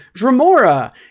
dramora